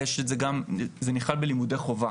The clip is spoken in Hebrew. זה נכלל בלימודי חובה,